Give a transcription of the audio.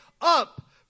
up